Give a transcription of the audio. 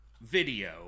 video